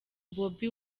bobi